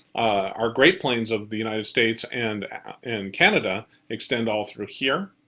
our great plains of the united states and and canada extend all through here.